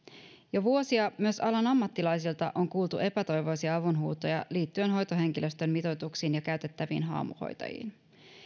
jo vuosia myös alan ammattilaisilta on kuultu epätoivoisia avunhuutoja liittyen hoitohenkilöstön mitoituksiin ja käytettäviin haamuhoitajiin